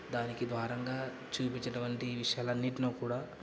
దానికి భారంగా చూపించేటటువంటి విషయాలన్నింటినీ కూడా